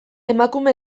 emakume